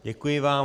Děkuji vám.